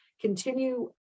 continue